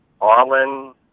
Arlen